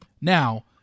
Now